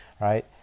right